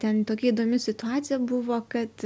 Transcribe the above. ten tokia įdomi situacija buvo kad